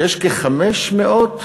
שיש כ-500,